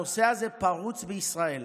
הנושא הזה פרוץ בישראל.